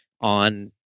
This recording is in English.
on